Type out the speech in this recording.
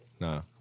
No